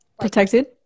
protected